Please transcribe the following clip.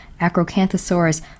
Acrocanthosaurus